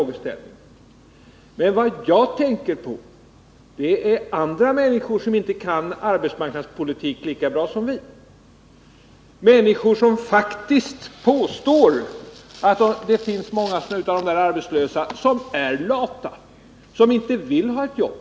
Men jag tänker på de människor som inte kan arbetsmarknadspolitik lika bra som vi, människor som faktiskt påstår att många av de arbetslösa är lata och inte vill ha jobb.